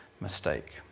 mistake